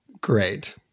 Great